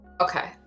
okay